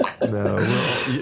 No